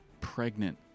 pregnant